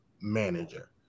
manager